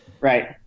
Right